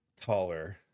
taller